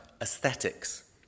aesthetics